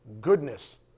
goodness